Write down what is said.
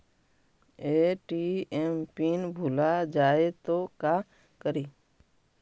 ATM pin भुला जाए तो का करी?